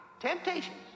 temptations